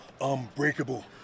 unbreakable